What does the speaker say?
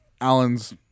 Allen's